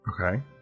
Okay